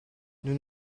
nous